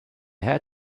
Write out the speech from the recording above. had